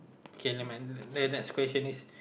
K never mind the next question is